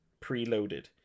preloaded